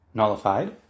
nullified